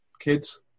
kids